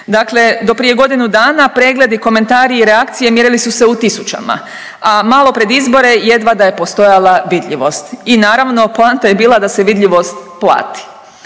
Dakle, do prije godinu dana pregledi, komentari i reakcije mjerili su se u tisućama, a malo pred izbore jedva da je postojala vidljivost i naravno poanta je bila da se vidljivost plati.